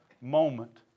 moment